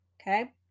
Okay